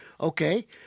Okay